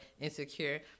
insecure